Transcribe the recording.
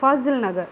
Fazil Nagar